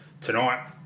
tonight